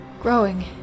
growing